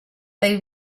they